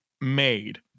made